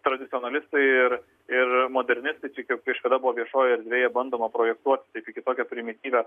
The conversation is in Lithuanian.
tradicionalistai ir ir modernistai čia kaip kažkada buvo viešojoje erdvėje bandoma projektuot iki tokią primityvią